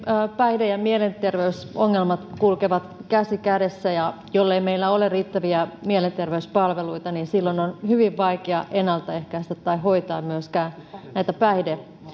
päihde ja mielenterveysongelmat kulkevat käsi kädessä ja jollei meillä ole riittäviä mielenterveyspalveluita niin silloin on hyvin vaikea ennaltaehkäistä tai hoitaa myöskään näitä